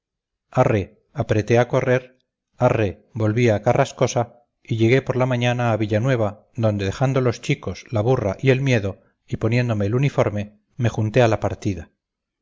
arre apreté a correr arre volví a carrascosa y llegué por la mañana a villanueva donde dejando los chicos la burra y el miedo y poniéndome el uniforme me junté a la partida